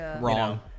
wrong